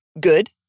good